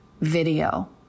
video